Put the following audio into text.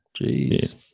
jeez